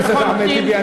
חבר הכנסת אחמד טיבי,